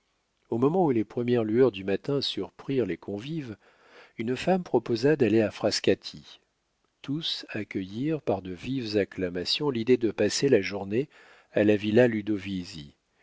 au moment où les premières lueurs du matin surprirent les convives une femme proposa d'aller à frascati tous accueillirent par de vives acclamations l'idée de passer la journée à la villa